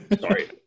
Sorry